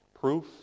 Proof